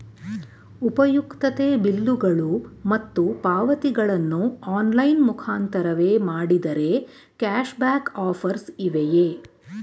ಉಪಯುಕ್ತತೆ ಬಿಲ್ಲುಗಳು ಮತ್ತು ಪಾವತಿಗಳನ್ನು ಆನ್ಲೈನ್ ಮುಖಾಂತರವೇ ಮಾಡಿದರೆ ಕ್ಯಾಶ್ ಬ್ಯಾಕ್ ಆಫರ್ಸ್ ಇವೆಯೇ?